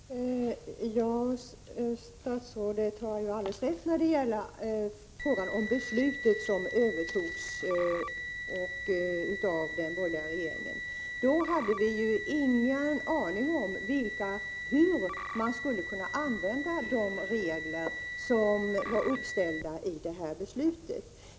Fru talman! Statsrådet har ju alldeles rätt när det gäller beslutet om den proposition som övertogs från den borgerliga regeringen. Då hade vi ingen aning om hur man skulle kunna använda de regler som var uppställda i beslutet.